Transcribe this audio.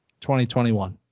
2021